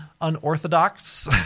Unorthodox